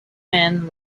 man